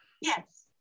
Yes